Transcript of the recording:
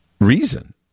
reason